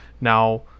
now